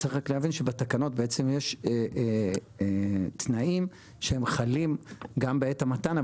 צריך להבין שבתקנות יש תנאים שהם חלים גם בעת המתן,